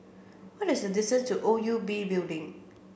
what is the distance to O U B Building